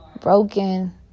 broken